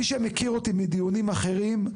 מי שמכיר אותי מדיונים אחרים,